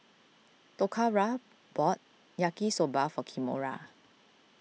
Toccara bought Yaki Soba for Kimora